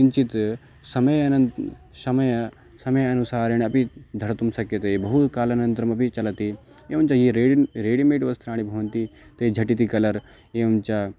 किञ्चित् समयं समयः समयनुसारेण अपि धर्तुं शक्यते बहु कालानन्तरमपि चलति एवं च ये रे रेडिमेड् वस्त्राणि भवन्ति तानि झटिति कलर् एवं च